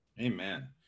Amen